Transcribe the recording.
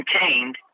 contained